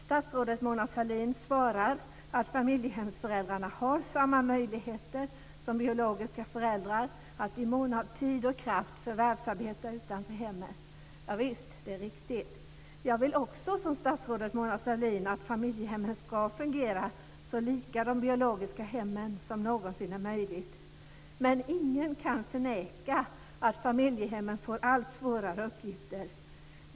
Statsrådet Mona Sahlin svarar att familjehemsföräldrarna har samma möjligheter som biologiska föräldrar att i mån av tid och kraft förvärvsarbeta utanför hemmet. Javisst, det är riktigt. Jag vill också som statsrådet Mona Sahlin att familjehemmen ska fungera så lika de biologiska hemmen som någonsin är möjligt. Men ingen kan förneka att familjehemmen får allt svårare uppgifter.